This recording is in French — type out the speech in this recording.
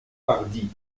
hardie